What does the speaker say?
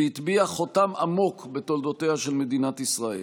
והטביעה חותם עמוק בתולדותיה של מדינת ישראל.